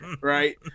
right